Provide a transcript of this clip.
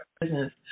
business